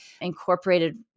incorporated